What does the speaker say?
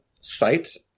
sites